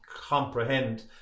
comprehend